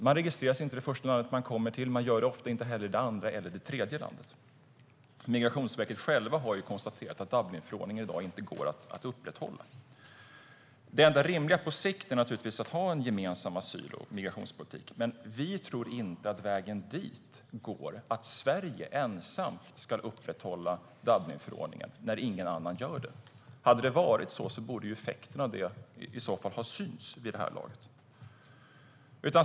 Man registreras inte i det första landet man kommer till. Det gör man ofta inte i det andra eller tredje landet heller. Migrationsverket har självt konstaterat att Dublinförordningen inte går att upprätthålla i dag. Det enda rimliga på sikt är att ha en gemensam asyl och migrationspolitik. Men vi tror inte att vägen dit går genom att Sverige ensamt upprätthåller Dublinförordningen när ingen annan gör det, i så fall borde effekten av det ha synts vid det här laget.